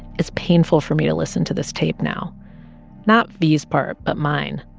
it's painful for me to listen to this tape now not v's part but mine.